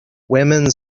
women